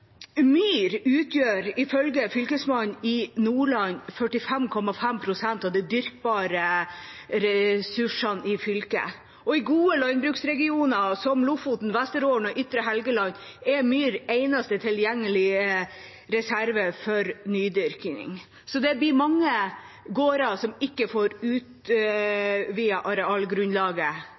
Myr utgjør ifølge Fylkesmannen i Nordland 45,5 pst. av de dyrkbare ressursene i fylket. I gode landbruksregioner som Lofoten, Vesterålen og Ytre Helgeland er myr eneste tilgjengelige reserve for nydyrking, så det blir mange gårder som ikke får utvidet arealgrunnlaget.